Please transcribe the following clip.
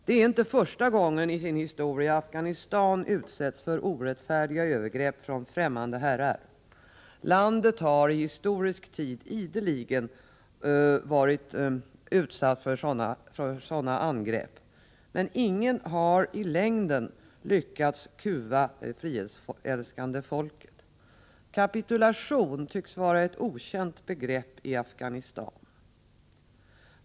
Det är inte första gången i sin historia Afghanistan utsätts för orättfärdiga övergrepp från främmande herrar. Landet har i historisk tid ideligen varit utsatt för sådana angrepp, men ingen har i längden lyckats kuva det frihetsälskande folket. Kapitulation tycks vara ett okänt begrepp i Afghanistan.